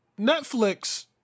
Netflix